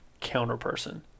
counterperson